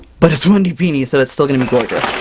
but it's wendy pini so it's still gonna be gorgeous! ohhh